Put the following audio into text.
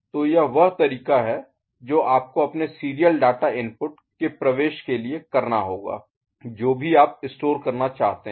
तो यह वह तरीका है जो आपको अपने सीरियल डाटा इनपुट के प्रवेश के लिए करना होगा जो भी आप स्टोर करना चाहते हैं